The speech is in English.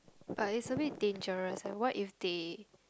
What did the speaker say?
but it's a bit dangerous what if they